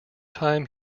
time